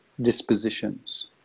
dispositions